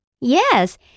Yes